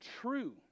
true